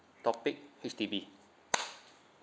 topic H_D_B